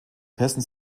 hessens